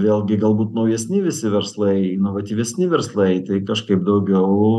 vėlgi galbūt naujesni visi verslai inovatyvesni verslai tai kažkaip daugiau